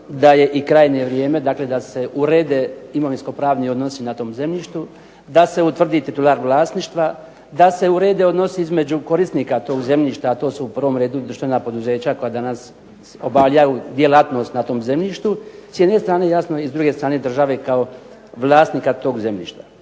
da je i krajnje vrijeme da se urede imovinsko-pravni odnosi na tom zemljištu, da se utvrdi titular vlasništva, da se urede odnosi između korisnika tog zemljišta, a to su u prvom redu državna poduzeća koja danas obavljaju djelatnost na tom zemljištu s jedne strane jasno i s druge strane države kao vlasnika tog zemljišta.